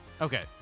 Okay